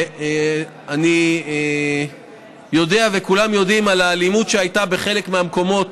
ואני יודע וכולם יודעים על האלימות שהייתה בחלק מהמקומות.